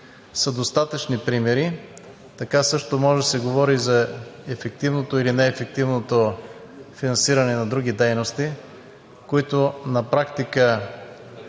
са достатъчни примери. Така също може да се говори за ефективното или неефективното финансиране на други дейности – на практика